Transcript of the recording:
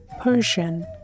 Persian